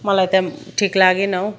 मलाई त्यहाँ ठिक लागेन हौ